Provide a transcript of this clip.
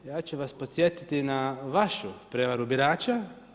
Ja ću vas podsjetiti na vašu prijevaru birača.